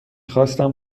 خواستم